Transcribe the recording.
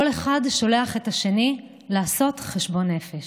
כל אחד שולח את השני לעשות חשבון נפש,